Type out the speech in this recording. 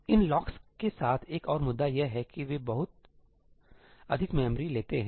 इन locks के साथ एक और मुद्दा यह है कि वे बहुत अधिक मेमोरी लेते हैं